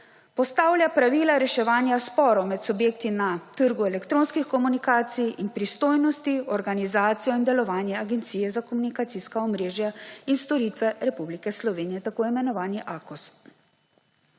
postavlja pravila reševanja sporov med subjekti na trgu elektronskih komunikacij ter pristojnosti, organizacijo in delovanje Agencije za komunikacijska omrežja in storitve Republike Slovenije (Akos). In po